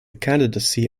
candidacy